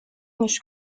hoş